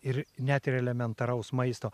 ir net ir elementaraus maisto